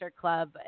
club